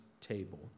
table